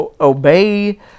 obey